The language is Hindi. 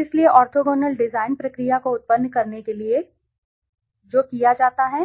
इसलिए ऑर्थोगोनल डिज़ाइन प्रक्रिया को उत्पन्न करने के लिए जो कि ऑर्थोगोनल डिज़ाइन है जो किया जाता है